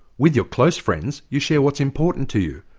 with your close friends you share what's important to you.